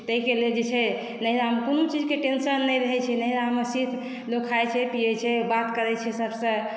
ताहिके लेल जे छै नैहरामे कोनो चीजक टेंशन नहि रहै छै नैहरामे सिर्फ लोक खाइ छै पियै छै बात करै छै सभसॅं